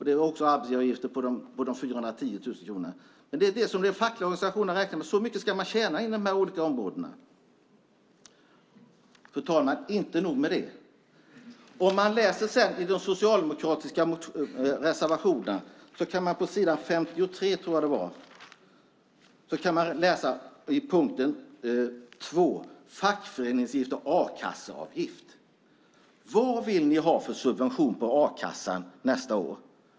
Det är också arbetsgivaravgifter på de 410 000 kronorna. Men de fackliga organisationerna räknar med att man ska tjäna så här mycket inom de här olika områdena. Fru talman! Inte nog med det: I Socialdemokraternas särskilda yttrande, på s. 53 i betänkandet, kan man läsa om fackföreningsavgift och a-kasseavgift. Vilken subvention vill ni ha när det gäller a-kassan nästa år?